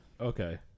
Okay